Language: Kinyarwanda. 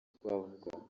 twavuga